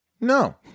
No